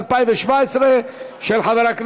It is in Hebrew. לא יכול להיות.